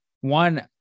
One